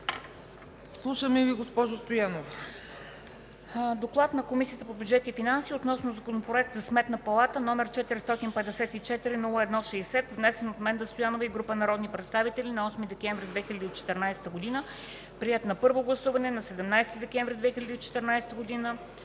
Слушаме Ви, госпожо Стоянова.